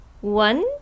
one